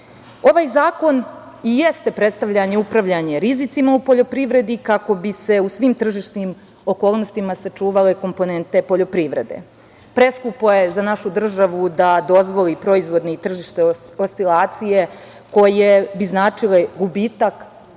zakon i jeste predstavljanje i upravljanje rizicima u poljoprivredi, kako bi se u svim tržišnim okolnostima sačuvale komponente poljoprivrede. Preskupo je za našu državu da dozvoli proizvodne i tržišne oscilacije koje bi značile gubitak,